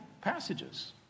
passages